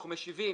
אנחנו משיבים.